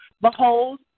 Behold